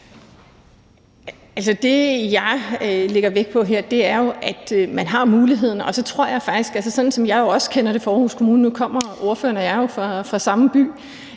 det, jeg lægger vægt på her, er jo, at man har muligheden. Sådan som jeg også kender det fra Aarhus Kommune – nu kommer ordføreren og jeg jo fra samme by